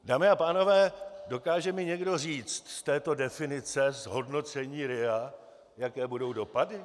Dámy a pánové, dokáže mi někdo říct z této definice z hodnocení RIA, jaké budou dopady?